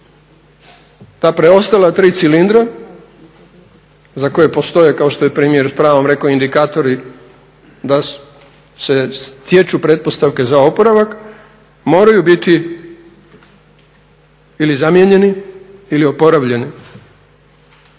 Ta preostala 3 cilindra za koje postoje kao što je premijer s pravom rekao indikatori da se stječu pretpostavke za oporavak, moraju biti ili zamijenjeni ili oporavljeni,